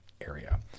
area